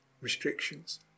restrictions